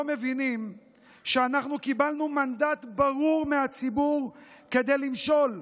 מבינים שאנחנו קיבלנו מנדט ברור מהציבור כדי למשול,